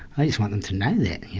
i just want them to know that you